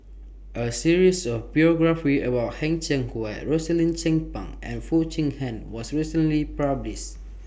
A series of biographies about Heng Cheng Hwa Rosaline Chan Pang and Foo Chee Han was recently published